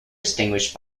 distinguished